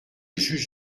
juge